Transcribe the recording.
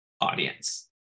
audience